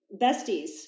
besties